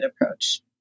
approach